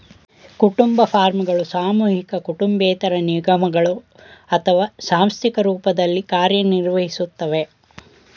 ಕುಟುಂಬ ಫಾರ್ಮ್ಗಳು ಸಾಮೂಹಿಕ ಕುಟುಂಬೇತರ ನಿಗಮಗಳು ಅಥವಾ ಸಾಂಸ್ಥಿಕ ರೂಪದಲ್ಲಿ ಕಾರ್ಯನಿರ್ವಹಿಸ್ತವೆ